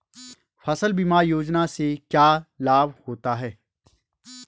फसल बीमा योजना से क्या लाभ होता है?